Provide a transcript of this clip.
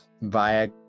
via